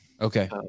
okay